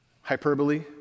Hyperbole